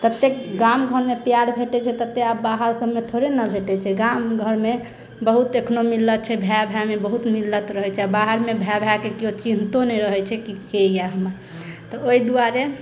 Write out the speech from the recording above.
ततेक गाम घर मे प्यार भेटै छै तते आब बाहर सभमे थोड़े ने भेटै छै गाम घरमे बहुत एखनो मिलल छै भाइ भाइ मे बहुत मिलत रहै छै बाहर मे भाइ भाइ के केओ चिन्हतो नहि रहै छै कि के यऽ हमर तऽ ओहि दुआरे